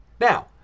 Now